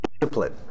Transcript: discipline